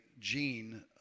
gene